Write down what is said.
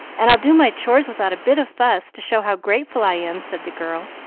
and i'll do my chores without a bit of fuss, to show how grateful i am, said the girl,